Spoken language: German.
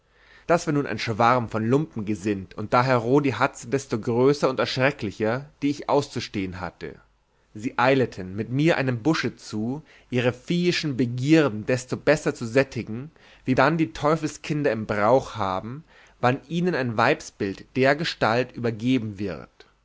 das war nun ein schwarm von lumpengesind und dahero die hatze desto größer und erschrecklicher die ich auszustehen hatte sie eileten mit mir einem busche zu ihre viehische begierden desto besser zu sättigen wie dann die teufelskinder im brauch haben wann ihnen ein weibsbild dergestalt übergeben wird